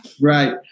Right